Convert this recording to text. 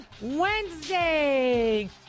Wednesday